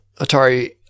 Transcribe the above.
Atari